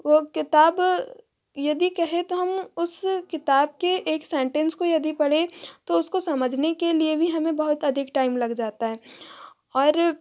वो किताब यदि कहें तो हम उस किताब के एक सेंटेंस को यदि पढ़ें तो उसको समझने के लिए भी हमें बहुत अधिक टाइम लग जाता है और